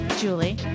Julie